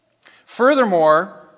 Furthermore